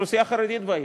אוכלוסייה חרדית בעיר.